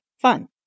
fun